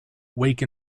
wake